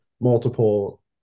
multiple